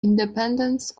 independence